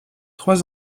trois